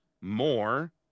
more